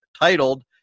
titled